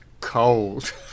cold